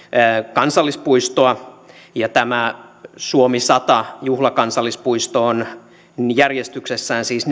kansallispuistoa ja tämä suomi sata juhlakansallispuisto on järjestyksessään siis